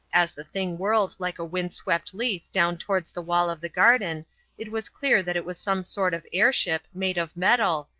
as the thing whirled like a windswept leaf down towards the wall of the garden it was clear that it was some sort of air-ship made of metal,